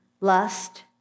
lust